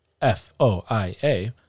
F-O-I-A